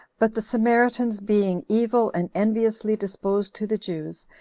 but the samaritans, being evil and enviously disposed to the jews,